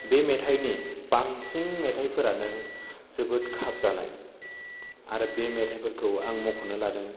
बे मेथायनि बांसिन मेथायफोरानो जोबोद खाबजानाय आरो बे मेथायफोरखौ आं मख'नो लादों